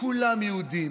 כולם יהודים.